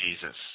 Jesus